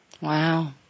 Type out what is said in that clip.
Wow